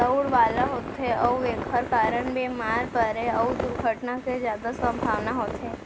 दउड़ वाला होथे अउ एकर कारन बेमार परे अउ दुरघटना के जादा संभावना होथे